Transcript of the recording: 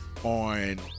on